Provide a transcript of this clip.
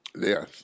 Yes